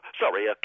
sorry